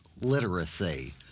literacy